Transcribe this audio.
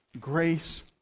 Grace